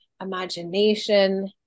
imagination